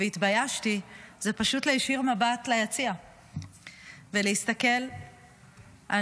והתביישתי זה פשוט להישיר מבט ליציע ולהסתכל על